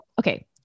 okay